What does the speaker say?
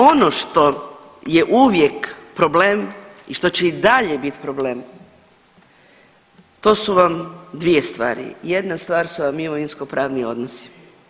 Ono što je uvijek problem i što će i dalje biti problem to su vam dvije stvari, jedna stvar su vam imovinsko-pravni odnosi.